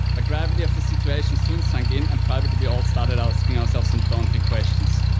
ah gravity of the situation soon sank in and privately we all started asking ourselves some daunting questions.